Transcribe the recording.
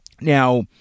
Now